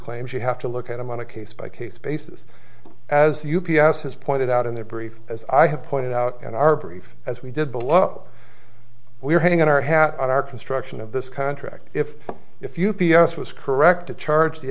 claims you have to look at them on a case by case basis as u p s has pointed out in their brief as i have pointed out in our brief as we did below we're having an arhat on our construction of this contract if if you p s was correct to charge the